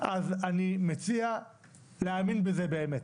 אז אני מציע להאמין בזה באמת